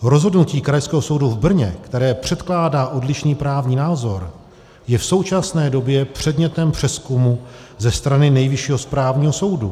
Rozhodnutí Krajského soudu v Brně, které předkládá odlišný právní názor, je v současné době předmětem přezkumu ze strany Nejvyššího správního soudu.